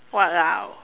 !walao!